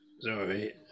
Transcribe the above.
Sorry